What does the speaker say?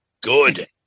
good